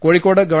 കോഴിക്കോട് ഗവ